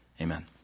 amen